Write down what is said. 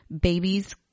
babies